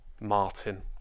Martin